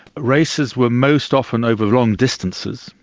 races were most often over long distances,